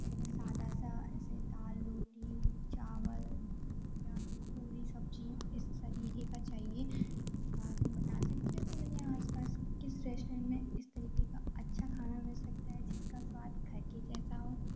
मतलब सादा सा जैसे दाल रोटी चावल या फिर पूड़ी सब्जी इस तरीके का चाहिए क्या तुम बता सकती हो कि मेरे यहाँ आस पास किस रेस्टोरेंट में इस तरीके का अच्छा खाना मिल सकता है जिसका स्वाद घर के जैसा हो